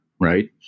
right